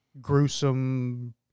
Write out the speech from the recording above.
gruesome